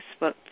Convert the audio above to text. Facebook